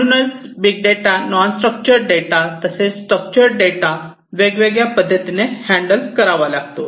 म्हणूनच big data non structured data तसेच structured data वेगवेगळ्या पद्धतीने हँडल करावा लागतो